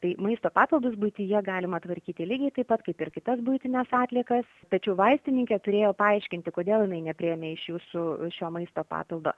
tai maisto papildus buityje galima tvarkyti lygiai taip pat kaip ir kitas buitines atliekas tačiau vaistininkė turėjo paaiškinti kodėl jinai nepriėmė iš jūsų šio maisto papildo